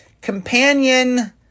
Companion